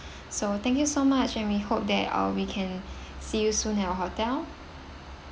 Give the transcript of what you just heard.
so thank you so much and we hope that uh we can see you soon in our hotel